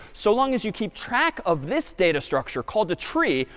so long as you keep track of this data structure, called a tree,